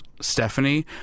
Stephanie